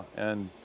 and